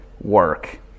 work